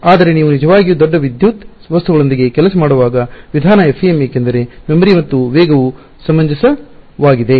ಆದರೆ ನೀವು ನಿಜವಾಗಿಯೂ ದೊಡ್ಡ ವಿದ್ಯುತ್ ವಸ್ತುಗಳೊಂದಿಗೆ ಕೆಲಸ ಮಾಡುವ ವಿಧಾನ FEM ಏಕೆಂದರೆ ಮೆಮೊರಿ ಮತ್ತು ವೇಗವು ಸಮಂಜಸವಾಗಿದೆ